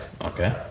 Okay